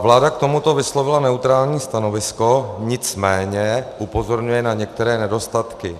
Vláda k tomuto vyslovila neutrální stanovisko, nicméně upozorňuje na některé nedostatky.